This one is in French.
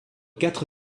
quatre